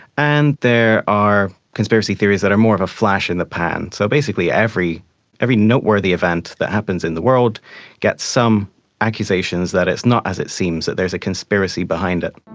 and there are conspiracy theories that are more a flash in the pan. so basically every every noteworthy events that happens in the world gets some accusations that it's not as it seems, that there is a conspiracy behind it.